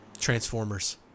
Transformers